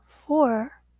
Four